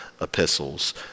epistles